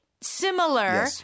similar